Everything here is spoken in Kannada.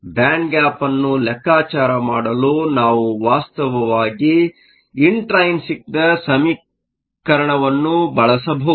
ಬ್ಯಾಂಡ್ ಗ್ಯಾಪ್Band gap ಅನ್ನು ಲೆಕ್ಕಾಚಾರ ಮಾಡಲು ನಾವು ವಾಸ್ತವವಾಗಿ ಇಂಟ್ರೈನ್ಸಿಕ್Intrinsic ಸಮೀಕರಣವನ್ನು ಬಳಸಬಹುದು